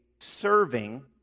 serving